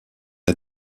est